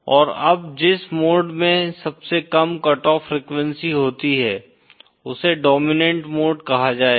और अब जिस मोड में सबसे कम कट ऑफ फ्रीक्वेंसी होती है उसे डोमिनेंट मोड कहा जाएगा